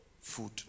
food